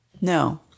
no